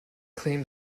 claim